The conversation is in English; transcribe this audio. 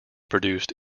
produced